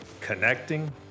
Connecting